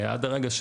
לאנגליה,